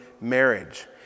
marriage